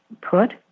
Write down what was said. put